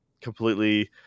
completely